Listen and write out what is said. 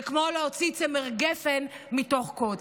זה כמו להוציא צמר גפן מתוך קוץ.